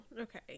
Okay